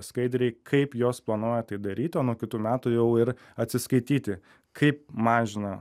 skaidriai kaip jos planuoja tai daryti o nuo kitų metų jau ir atsiskaityti kaip mažina